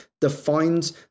defines